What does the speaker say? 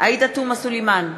עאידה תומא סלימאן,